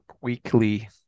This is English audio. weekly